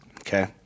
Okay